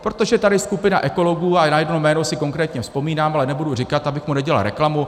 Protože tady skupina ekologů, a na jedno jméno si konkrétně vzpomínám, ale nebudu říkat, abych mu nedělal reklamu.